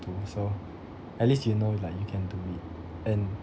to so at least you know like you can do it and